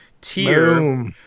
tier